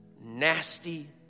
nasty